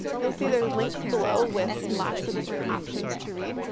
you'll see there's links below with, lots of different options to read.